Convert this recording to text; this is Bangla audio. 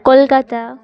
কলকাতা